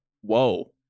Whoa